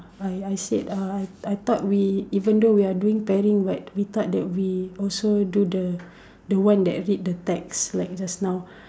I I said uh I I thought we even though we are doing pairing but we thought that we also do the the one that read the text like just now